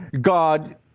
God